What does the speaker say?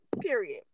period